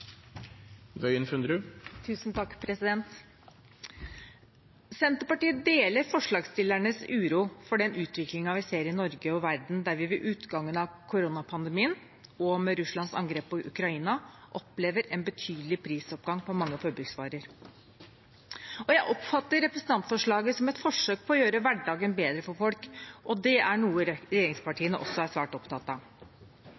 Senterpartiet deler forslagsstillernes uro for den utviklingen vi ser i Norge og verden, der vi ved utgangen av koronapandemien, og med Russlands angrep på Ukraina, opplever en betydelig prisoppgang på mange forbruksvarer. Jeg oppfatter representantforslaget som et forsøk på å gjøre hverdagen bedre for folk, og det er noe